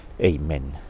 Amen